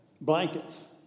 blankets